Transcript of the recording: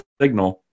signal